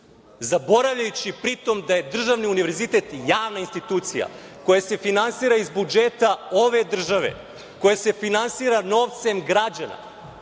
zaboravljajući pritom da je državni univerzitet javna institucija koja se finansira iz budžeta ove države, koja se finansira novcem građana